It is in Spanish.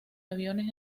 aviones